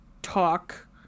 talk